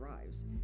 arrives